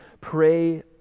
pray